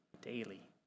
Daily